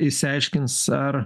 išsiaiškins ar